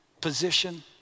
position